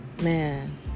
man